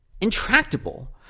intractable